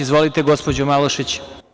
Izvolite, gospođo Malušić.